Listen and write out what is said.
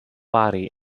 body